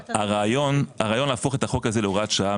הרעיון להפוך את החוק הזה להוראת שעה,